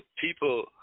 people